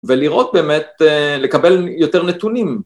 ולראות באמת, לקבל יותר נתונים.